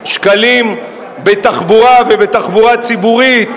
עובדים עניים